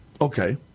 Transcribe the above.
Okay